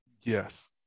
Yes